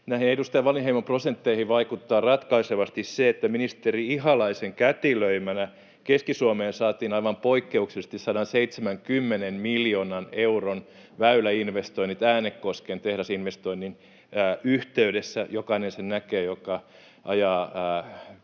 Näihin edustaja Wallinheimon prosentteihin vaikuttaa ratkaisevasti se, että ministeri Ihalaisen kätilöimänä Keski-Suomeen saatiin aivan poikkeuksellisesti 170 miljoonan euron väyläinvestoinnit Äänekosken tehdasinvestoinnin yhteydessä. Jokainen sen näkee, kun ajaa Kirrin